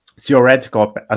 Theoretical